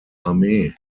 armee